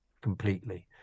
completely